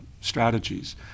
strategies